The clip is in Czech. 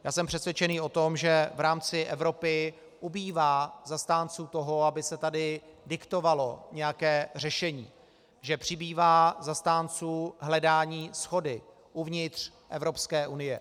Já jsem přesvědčený o tom, že v rámci Evropy ubývá zastánců toho, aby se tady diktovalo nějaké řešení, že přibývá zastánců hledání shody uvnitř Evropské unie.